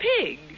pig